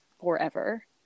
forever